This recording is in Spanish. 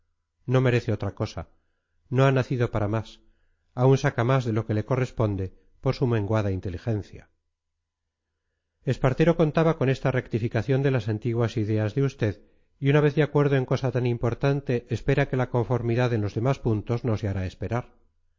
no merece otra cosa no ha nacido para más aún saca más de lo que le corresponde por su menguada inteligencia espartero contaba con esta rectificación de las antiguas ideas de usted y una vez de acuerdo en cosa tan importante espera que la conformidad en los demás puntos no se hará esperar